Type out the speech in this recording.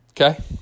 Okay